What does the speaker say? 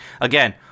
Again